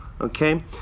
Okay